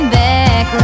back